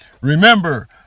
remember